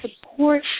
support